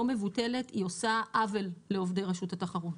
מבוטלת היא עושה עוול לעובדי רשות התחרות.